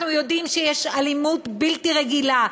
אנחנו יודעים שיש אלימות בלתי רגילה,